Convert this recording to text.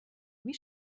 wie